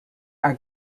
are